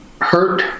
hurt